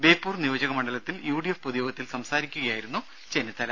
ബേപ്പൂർ നിയോജകമണ്ഡലത്തിൽ യുഡിഎഫ് പൊതുയോഗത്തിൽ സംസാരിക്കുകയായിരുന്നു ചെന്നിത്തല